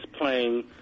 playing